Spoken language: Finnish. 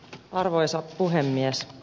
arvoisa puhemies